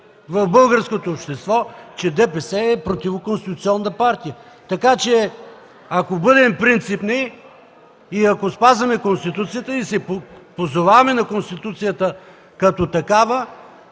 в българското общество, че ДПС е противоконституционна партия. Ако бъдем принципни и ако спазваме Конституцията и се позоваваме на Конституцията като такава,